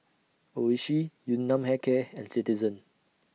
Oishi Yun Nam Hair Care and Citizen